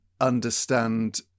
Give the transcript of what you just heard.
understand